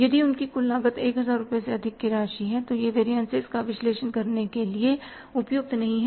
यदि उनकी कुल लागत 1000 रुपए से अधिक की राशि है तो यह वेरियनस का विश्लेषण करने के लिए उपयुक्त नहीं है